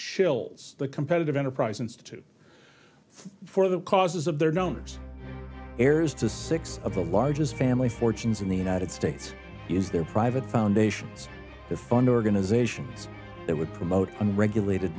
shills the competitive enterprise institute for the causes of their numbers heirs to six of the largest family fortunes in the united states is their private foundations to fund organizations that would promote unregulated